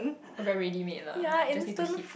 oh very ready made lah just need to heat